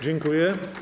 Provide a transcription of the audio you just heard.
Dziękuję.